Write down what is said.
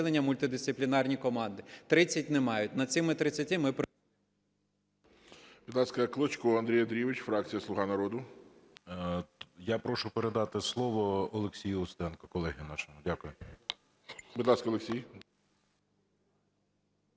мультидисциплінарні команди, 30 не мають. Над цими 30-ма ми...